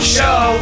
Show